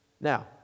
now